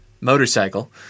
Motorcycle